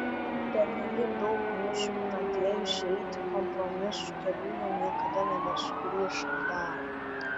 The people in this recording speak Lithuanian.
pernelyg daug mūsų pradėjusių eiti kompromisų keliu jau niekada nebesugrįš atgal